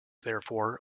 therefore